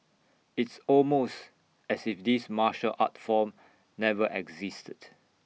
it's almost as if this martial art form never existed